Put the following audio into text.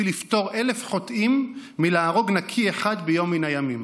לפטור אלף חוטאים מלהרוג נקי אחד ביום מן הימים".